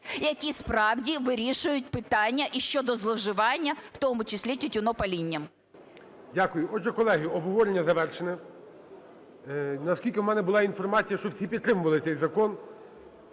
які справді вирішують питання, і щодо зловживання в тому числі тютюнопалінням. ГОЛОВУЮЧИЙ. Дякую. Отже, колеги, обговорення завершене. Наскільки у мене була інформація, що всі підтримували цей закон…